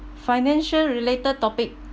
financial related topic